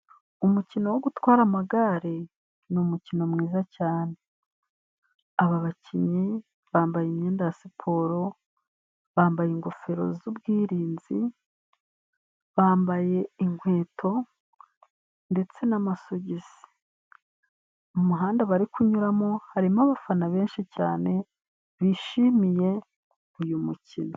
Umukino wo gutwara amagare ni umukino mwiza cyane, aba bakinnyi bambaye imyenda ya siporo, bambaye ingofero z'ubwirinzi bambaye inkweto ndetse n'amasogi mu muhanda bari kunyuramo harimo abafana benshi cyane bishimiye uyu mukino.